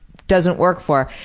doesn't work for.